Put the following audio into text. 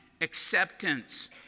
acceptance